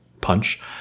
punch